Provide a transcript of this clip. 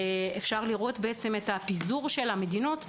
אפשר לראות את הפיזור של המדינות,